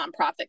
nonprofit